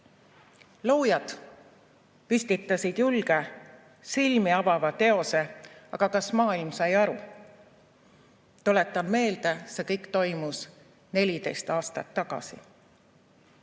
Loojad püstitasid julge, silmi avava teose. Aga kas maailm sai aru? Tuletan meelde, et see kõik toimus 14 aastat tagasi. Head